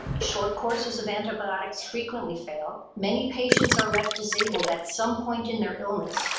short courses of antibiotics frequently fail. many patients are left disabled at some point in their illness.